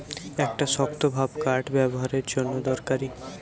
একটা শক্তভাব কাঠ ব্যাবোহারের জন্যে দরকারি